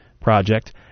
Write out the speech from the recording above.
project